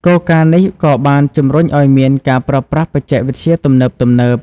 គោលការណ៍នេះក៏បានជំរុញឲ្យមានការប្រើប្រាស់បច្ចេកវិទ្យាទំនើបៗ។